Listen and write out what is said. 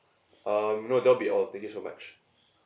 um no that'll be all thank you so much